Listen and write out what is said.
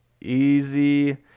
Easy